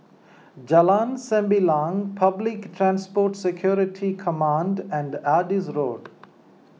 Jalan Sembilang Public Transport Security Command and Adis Road